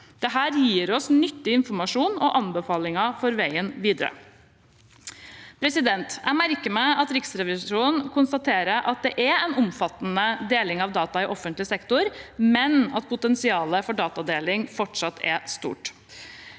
Det gir oss nyttig informasjon og anbefalinger for veien videre. Jeg merker meg at Riksrevisjonen konstaterer at det er en omfattende deling av data i offentlig sektor, men at potensialet for datadeling fortsatt er stort.